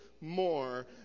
more